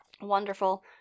Wonderful